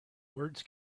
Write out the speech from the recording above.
words